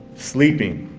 sleeping.